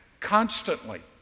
constantly